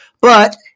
But-